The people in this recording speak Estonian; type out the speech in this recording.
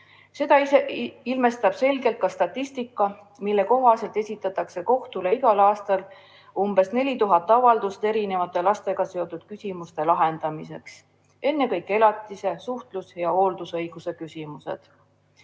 Seda ilmestab selgelt ka statistika, mille kohaselt esitatakse kohtule igal aastal umbes 4000 avaldust lastega seotud küsimuste lahendamiseks, ennekõike on need elatise, suhtluse ja hooldusõiguse küsimused.